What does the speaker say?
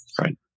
Right